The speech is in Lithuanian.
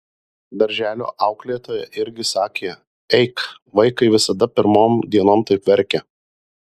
darželio auklėtoja irgi sakė eik vaikai visada pirmom dienom taip verkia